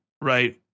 right